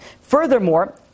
Furthermore